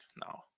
now